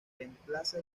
reemplaza